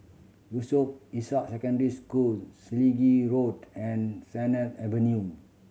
Yusof Ishak Secondary School Selegie Road and Sennett Avenue